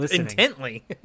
intently